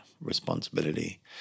responsibility